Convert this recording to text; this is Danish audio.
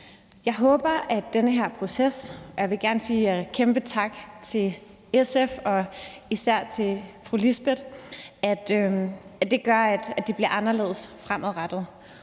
Jeg håber, at den her proces – jeg vil gerne sige en kæmpe tak til SF og især til fru Lisbeth Bech-Nielsen – gør, at det bliver anderledes fremadrettet.